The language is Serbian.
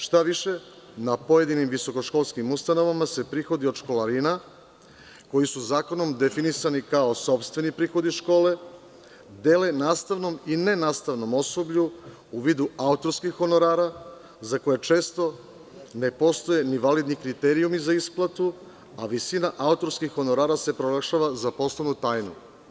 Štaviše, na pojedinim visokoškolskim ustanovama se prihodi od školarina, koji su zakonom definisani kao sopstveni prihodi škole, dele nastavnom i nenastavnom osoblju u vidu autorskih honorara, za koje često ne postoje ni validni kriterijumi za isplatu, a visina autorskih honorara se proglašava za poslovnu tajnu.